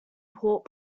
port